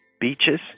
beaches